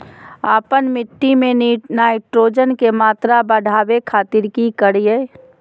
आपन मिट्टी में नाइट्रोजन के मात्रा बढ़ावे खातिर की करिय?